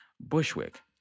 Bushwick